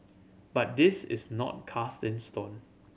but this is not cast in stone